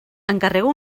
encarrego